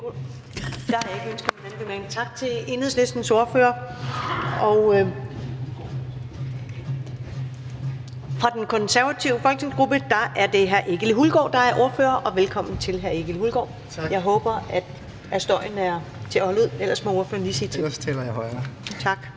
Tak til Enhedslistens ordfører, og fra den konservative folketingsgruppe er det hr. Egil Hulgaard, der er ordfører. Velkommen til hr. Egil Hulgaard. Jeg håber, at støjen er til at holde ud. Ellers må ordføreren lige sige til (Egil Hulgaard